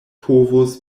povos